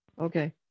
Okay